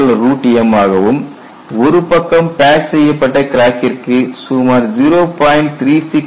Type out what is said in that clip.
79 MPa m ஆகவும் ஒரு பக்கம் பேட்ச் செய்யப்பட்ட கிராக்கிற்கு சுமார் 0